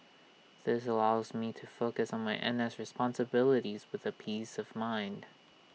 this allows me to focus on my N S responsibilities with the peace of mind